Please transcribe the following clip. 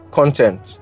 content